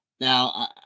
Now